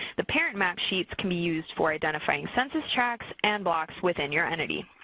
the parent map sheets can be used for identifying census tracts and blocks within your entity.